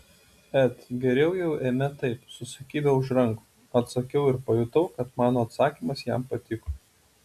et geriau jau eime taip susikibę už rankų atsakiau ir pajutau kad mano atsakymas jam patiko